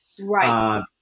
Right